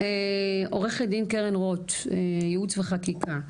עורכת דין קרן רוט, ייעוץ וחקיקה.